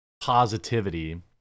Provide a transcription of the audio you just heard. positivity